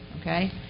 okay